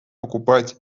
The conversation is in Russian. покупать